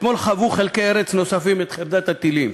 אתמול חוו חלקי ארץ נוספים את חרדת הטילים.